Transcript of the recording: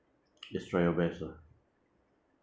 just try your best lah